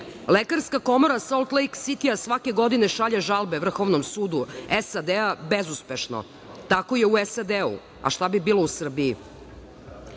Lekarska komora Solt Lejk Sitija svake godine šalje žalbe Vrhovnom sudu SAD bezuspešno. Tako je u SAD-u, a šta bi bilo u Srbiji? Na